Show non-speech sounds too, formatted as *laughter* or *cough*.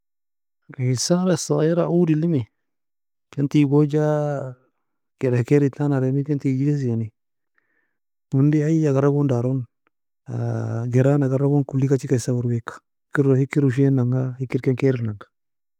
قيثارة صغيرة عود elemi ken teagoja kaireka kairy entan adri ken teageis yani onday اي agar gon daron *hesitation* gera agar gon kolikachi kesa wer wer ka hikr ushenan ga hikr ken kairenanga